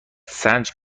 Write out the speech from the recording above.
سنج